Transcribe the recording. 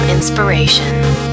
inspiration